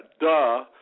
duh